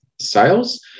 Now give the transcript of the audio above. sales